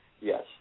yes